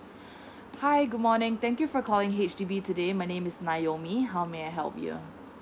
hi good morning thank you for calling H_D_B today my name is naomi how may I help you know